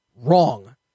wrong